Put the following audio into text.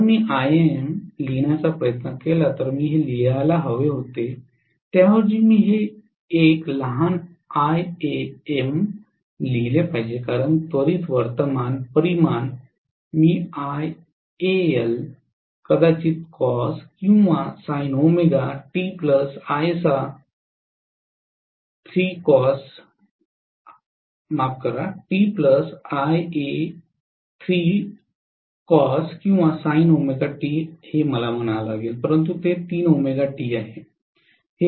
जर मी आयएएम लिहायचा प्रयत्न केला तर मी हे लिहायला हवे होते त्याऐवजी मी हे एक लहान आयएएम लिहीले पाहिजे कारण त्वरित वर्तमान परिमाण मी आयए 1 कदाचित कॉस किंवा sine omega T plus I A 3 cos किंवा साइन ओमेगा टी म्हणावे परंतु ते 3 ओमेगा टी आहे